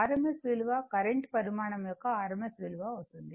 rms విలువ current పరిమాణం యొక్క rms విలువ అవుతుంది